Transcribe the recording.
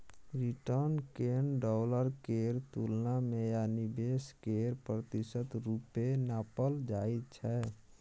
return केँ dollar केर तुलना मे या निबेश केर प्रतिशत रुपे नापल जाइ छै